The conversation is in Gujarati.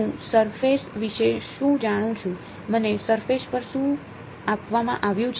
હું સરફેશ વિશે શું જાણું છું મને સરફેશ પર શું આપવામાં આવ્યું છે